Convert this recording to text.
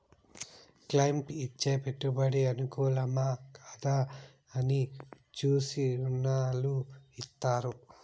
client ఇచ్చే పెట్టుబడి అనుకూలమా, కాదా అని చూసి రుణాలు ఇత్తారు